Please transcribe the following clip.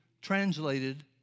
translated